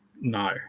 No